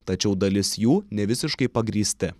tačiau dalis jų nevisiškai pagrįsti